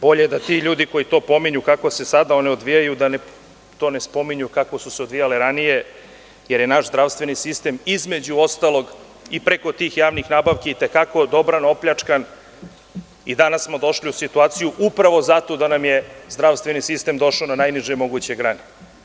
Bolje da ti ljudi koji pominju kako se sada one odvijaju, da ne spominju kako su se odvijale ranije, jer je naš zdravstveni sistem, između ostalog i preko tih javnih nabavki, i te kako dobro opljačkan i danas smo došli u situaciju upravo zato da nam je zdravstveni sistem došao na najniže moguće grane.